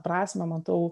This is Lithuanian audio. prasmę matau